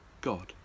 God